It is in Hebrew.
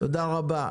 תודה רבה.